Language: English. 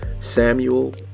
Samuel